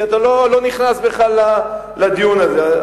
כי אתה לא נכנס בכלל לדיון הזה.